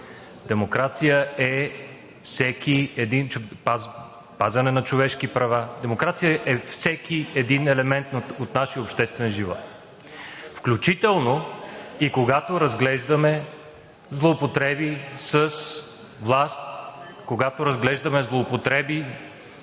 Демокрацията е всеки един елемент от нашия обществен живот, включително и когато разглеждаме злоупотреби с власт, когато разглеждаме злоупотреби